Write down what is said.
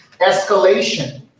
escalation